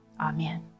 amen